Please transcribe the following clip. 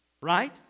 Right